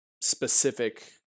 specific